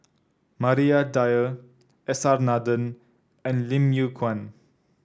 Maria Dyer S R Nathan and Lim Yew Kuan